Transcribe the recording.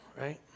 right